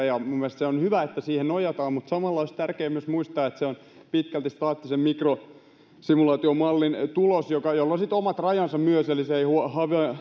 ja mielestäni on hyvä että siihen nojataan mutta samalla olisi tärkeää myös muistaa että se on pitkälti staattisen mikrosimulaatiomallin tulos jolla on sitten omat rajansa myös eli se ei